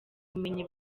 ubumenyi